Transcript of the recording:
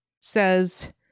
says